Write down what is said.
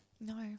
No